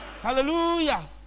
hallelujah